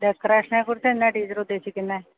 ഡെക്കറേഷനെക്കുറിച്ച് എന്താണ് ടീച്ചറുദ്ദേശിക്കുന്നത്